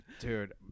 Dude